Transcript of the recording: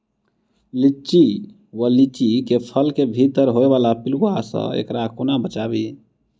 लिच्ची वा लीची केँ फल केँ भीतर होइ वला पिलुआ सऽ एकरा कोना बचाबी?